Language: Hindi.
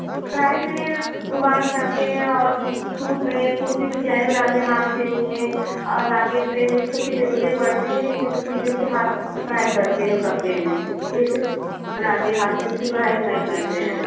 कढ़ाई में रुमाल बनाते हैं और सूट में कुर्ती में डिज़ाइनें बनाते हैं हाथ से उस में और धागे से यह सब की ज़रूरतें पड़ती ही हैं इन सब चीज़ों से हाथ की कढ़ाई करते हैं कपड़े में यह सब बनाते हैं हाथ से जैसे कढ़ाई बुनाई करते हैं